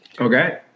Okay